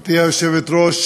גברתי היושבת-ראש,